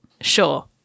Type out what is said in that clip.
sure